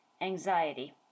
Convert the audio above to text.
anxiety